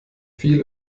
viel